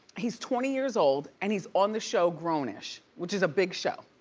he's twenty years old and he's on the show grown-ish, which is a big show.